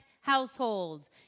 households